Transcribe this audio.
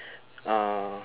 uh